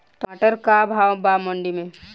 टमाटर का भाव बा मंडी मे?